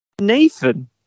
Nathan